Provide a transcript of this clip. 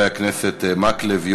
של חברי הכנסת מקלב,